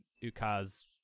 Ukaz